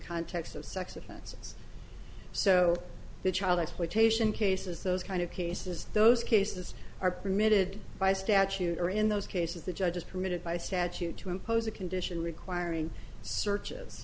context of sex offenses so the child exploitation cases those kind of cases those cases are permitted by statute or in those cases the judge is permitted by statute to impose a condition requiring searches